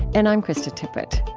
and i'm krista tippett